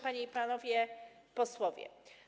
Panie i Panowie Posłowie!